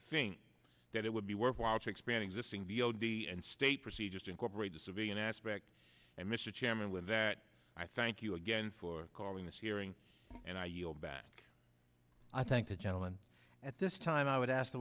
think that it would be worthwhile to expand existing d o d and state procedures to incorporate the civilian aspect and mr chairman with that i thank you again for calling this hearing and i yield back i thank the gentleman at this time i would ask the